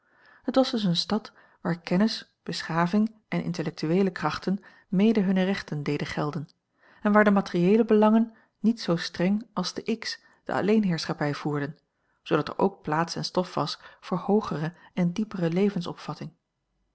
het was dus eene stad waar kennis beschaving en intellectueele krachten mede hunne rechten deden gelden en waar de materieele belangen niet zoo streng als te x de alleenheerschappij voerden zoodat er ook plaats en stof was voor hoogere en diepere